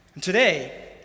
Today